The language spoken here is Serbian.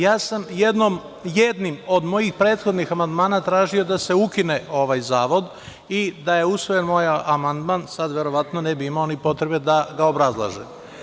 Ja sam jednim od mojih prethodnih amandmana tražio da se ukine ovaj zavod i da je usvojen moj amandman, sada verovatno ne bih imao potrebe da obrazlažem.